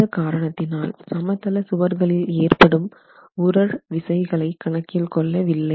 இந்த காரணத்தினால் சமதள சுவர்களில் ஏற்படும் உறழ் விசைகளை கணக்கில் கொள்ளவில்லை